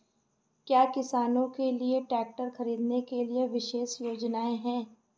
क्या किसानों के लिए ट्रैक्टर खरीदने के लिए विशेष योजनाएं हैं?